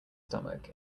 stomach